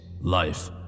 life